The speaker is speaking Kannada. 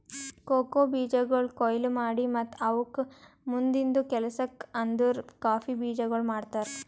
ಕೋಕೋ ಬೀಜಗೊಳ್ ಕೊಯ್ಲಿ ಮಾಡಿ ಮತ್ತ ಅವುಕ್ ಮುಂದಿಂದು ಕೆಲಸಕ್ ಅಂದುರ್ ಕಾಫಿ ಬೀಜಗೊಳ್ ಮಾಡ್ತಾರ್